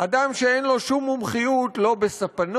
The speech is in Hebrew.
אדם שאין לו שום מומחיות לא בספנות,